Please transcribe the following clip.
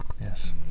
yes